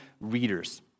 readers